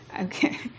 Okay